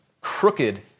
crooked